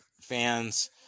fans